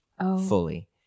fully